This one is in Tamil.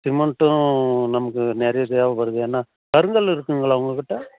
சிமெண்ட்டு நமக்கு நிறைய தேவைப்படுது ஏனா கருங்கல் இருக்குங்களா உங்கள்கிட்ட